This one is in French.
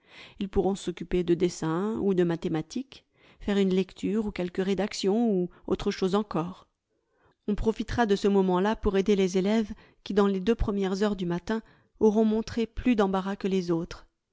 ils pourront s'occuper de dessin ou de mathématiques faire une lecture ou quelque rédaction ou autre chose encore on profitera de ce moment-là pour aider les élèves qui dans les deux premières heures du matin auront montré plus d'embarras que les autres